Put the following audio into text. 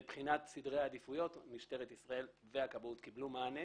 מבחינת סדרי העדיפויות משטרת ישראל והכבאות קיבלו מענה